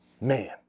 Man